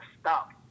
stop